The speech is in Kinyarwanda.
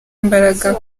imbaraga